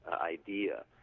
idea